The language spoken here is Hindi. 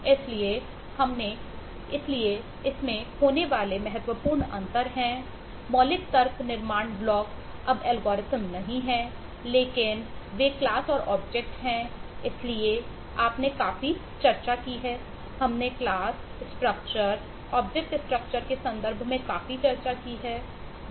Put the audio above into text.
इसलिए इसमें होने वाला महत्वपूर्ण अंतर है मौलिक तर्क निर्माण ब्लॉक अब एल्गोरिदम क्या होना चाहिए